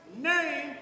name